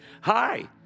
hi